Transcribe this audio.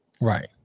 Right